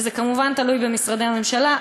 וזה כמובן תלוי במשרדי הממשלה,